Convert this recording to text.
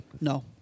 No